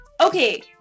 Okay